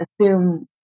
assume